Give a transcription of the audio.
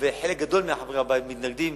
וחלק גדול מחברי הבית מתנגדים